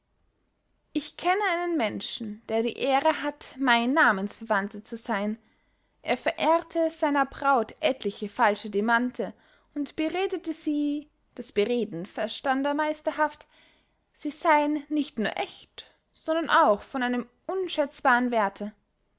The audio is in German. ich kenne einen menschen der die ehre hat mein namensverwandter zu seyn er verehrte seiner braut etliche falsche demante und beredete sie das bereden verstand er meisterhaft sie seyen nicht nur ächt sondern auch von einem unschätzbaren werthe